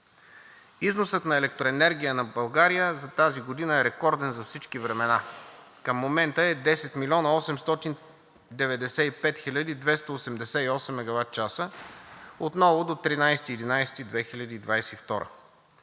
Износът на електроенергия на България за тази година е рекорден за всички времена. Към момента 10 млн. 895 хил. 288 мегаватчаса отново до 13